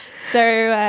so.